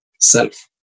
self